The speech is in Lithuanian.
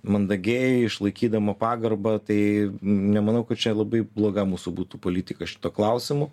mandagiai išlaikydama pagarbą tai nemanau kad čia labai bloga mūsų būtų politika šituo klausimu